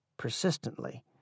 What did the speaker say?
persistently